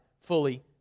fully